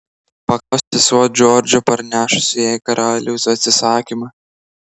paklausė sesuo džordžo parnešusio jai karaliaus atsisakymą